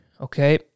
Okay